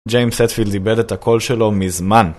ג'יימס הטפילד איבד את הקול שלו מזמן.